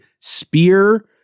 spear